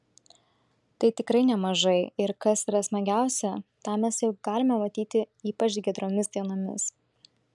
tai tikrai nemažai ir kas yra smagiausia tą mes jau galime matyti ypač giedromis dienomis